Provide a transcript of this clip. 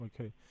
Okay